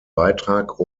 beitrag